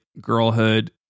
girlhood